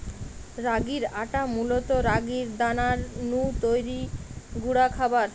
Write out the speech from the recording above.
রাগির আটা মূলত রাগির দানা নু তৈরি গুঁড়া খাবার